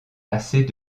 assez